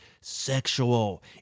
sexual